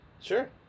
Sure